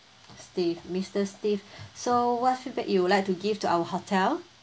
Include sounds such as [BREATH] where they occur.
steve mister steve [BREATH] so what feedback you would like to give to our hotel